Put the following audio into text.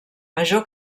major